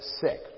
sick